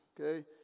Okay